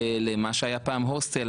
למה שהיה פעם הוסטל,